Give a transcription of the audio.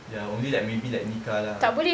ya only like maybe like nikah lah